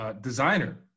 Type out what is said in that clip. Designer